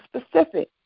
specific